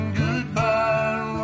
goodbye